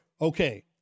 okay